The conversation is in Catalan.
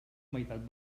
meitat